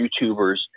YouTubers